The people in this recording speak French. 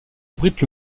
abrite